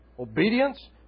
Obedience